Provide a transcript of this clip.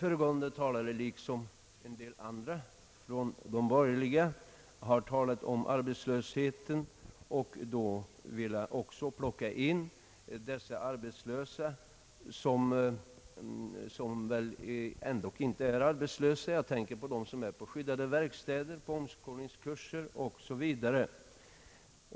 Föregående talare har i likhet med en del andra från de borgerliga partierna talat om arbetslösheten, och då även räknat med sådana som väl egentligen inte är arbetslösa, nämligen de som är på skyddade verkstäder, omskolningskurser 0.s. v.